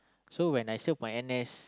so when I served my N_S